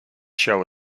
show